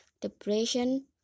depression